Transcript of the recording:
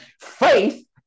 Faith